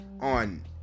on